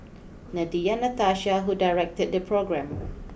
Nadia Natasha who directed the programme